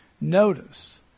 Notice